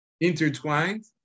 intertwined